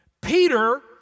Peter